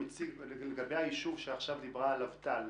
לגבי היישוב שעכשיו דיברה עליו טל,